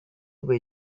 will